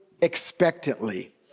expectantly